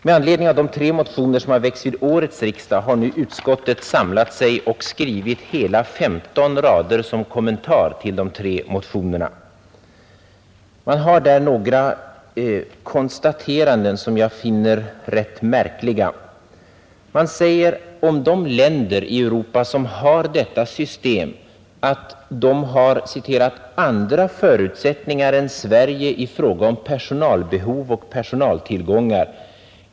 Med anledning av de tre motioner som väckts vid årets riksdag har nu utskottet samlat sig och skrivit hela 15 rader som kommentar till de tre motionerna. Man gör några konstateranden som jag finner rätt märkliga. Man säger om de länder i Europa som har detta system, att de har ”andra förutsättningar än Sverige i fråga om personalbehov och personaltillgångar.